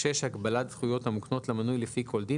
(6)הגבלת זכויות המוקנות למנוי לפי כל דין,